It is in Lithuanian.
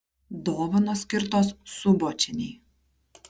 dovanos skirtos subočienei